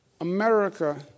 America